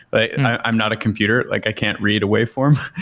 but i'm not a computer. like i can't read a waveform,